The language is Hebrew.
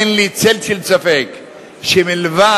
אין לי צל של ספק שמלבד